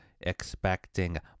expecting